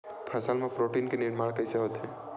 फसल मा प्रोटीन के निर्माण कइसे होथे?